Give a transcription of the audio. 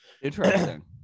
Interesting